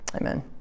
Amen